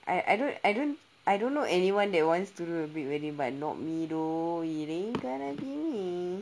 I I don't I don't I don't know anyone that wants to do a big wedding but not me though it ain't gonna be me